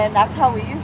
and that's how we used